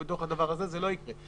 זה לא יקרה.